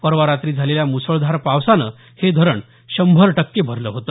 परवा रात्री झालेल्या मुसळधार पावसानं हे धरण शंभर टक्के भरलं आहे